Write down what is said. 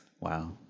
Wow